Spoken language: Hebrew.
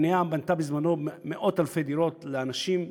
המדינה בנתה בעבר מאות-אלפי דירות לאנשים.